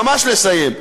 ממש לסיים,